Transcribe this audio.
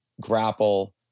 grapple